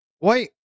Wait